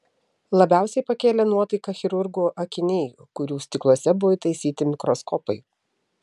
labiausiai pakėlė nuotaiką chirurgų akiniai kurių stikluose buvo įtaisyti mikroskopai